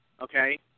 okay